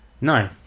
No